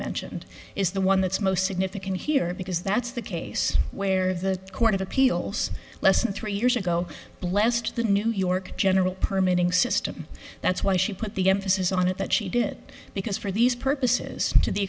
mentioned is the one that's most significant here because that's the case where the court of appeals less than three years ago blessed the new york general permeating system that's why she put the emphasis on it that she did it because for these purposes to the